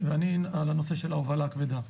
אני על הנושא של ההובלה הכבדה.